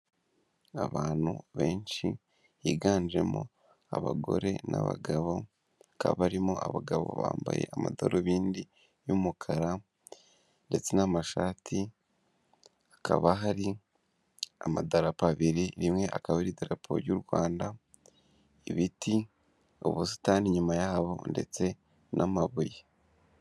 Abantu benshi higanjemo abagore n'abagabo bakaba barimo abagabo bambaye amadarubindi y'umukara ndetse n'amashati. Hakaba hari amadarapo abiri, rimwe akaba ari idarapo ry'u Rwanda, ibiti, ubusitani inyuma yaho, ndetse n'amabuye.